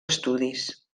estudis